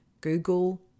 Google